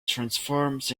transforms